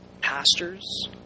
pastors